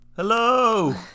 hello